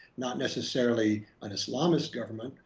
not necessarily an islamist government,